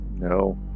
no